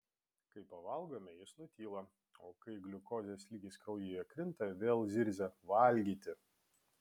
kai pavalgome jis nutyla o kai gliukozės lygis kraujyje krinta vėl zirzia valgyti